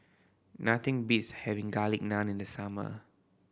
nothing beats having Garlic Naan in the summer